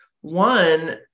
One